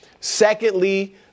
Secondly